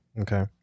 Okay